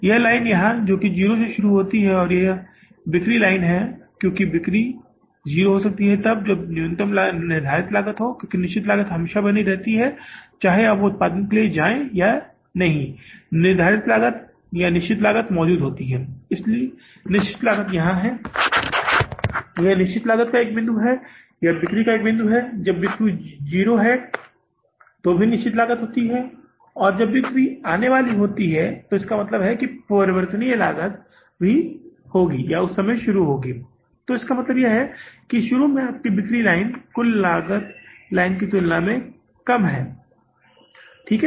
यह लाइन यहां है जो कि 0 से शुरू हो रही है यह एक बिक्री लाइन है और क्योंकि बिक्री हो सकती है 0 तब भी जब न्यूनतम निर्धारित लागत हो क्योंकि निश्चित लागत हमेशा बनी रहती है चाहे आप उत्पादन के लिए जाएं या नहीं निर्धारित लागत मौजूद है इसलिए निश्चित लागत यहां है यह निश्चित लागत का एक बिंदु है यह बिक्री का बिंदु है जब बिक्री 0 भी होती है तो निश्चित लागत भी होती है और जब बिक्री आने वाली होती है तो इसका मतलब है कि परिवर्तनीय लागत भी होगी उस समय शुरू होती है तो इसका मतलब है कि शुरू में आपकी बिक्री लाइन कुल लागत लाइन की तुलना में कम है ठीक है